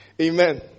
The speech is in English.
Amen